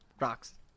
rocks